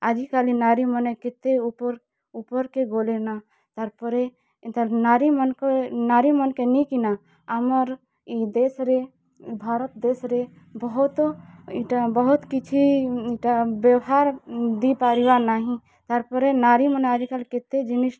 ଆଜି କାଲି ନାରୀମାନେ କେତେ ଉପର୍ ଉପର୍କେ ଗଲେ ନ ତା'ର୍ପରେ ନାରୀ ନାରୀ ମାନ୍କେ ନେଇକିନା ଆମର୍ ଦେଶ୍ରେ ଭାରତ ଦେଶରେ ବହୁତ୍ ଇ'ଟା ବହୁତ୍ କିଛି ଇ'ଟା ବ୍ୟବହାର୍ ଦେଇପାରିବା ନାହିଁ ତା'ର୍ପରେ ନାରୀମାନେ ଆଜି କାଲି କେତେ ଜିନିଷ୍